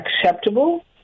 acceptable